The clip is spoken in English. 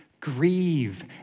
Grieve